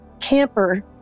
camper